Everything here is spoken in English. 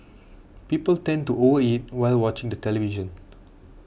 people tend to over eat while watching the television